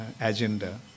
agenda